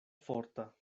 forta